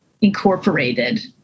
incorporated